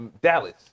Dallas